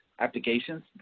applications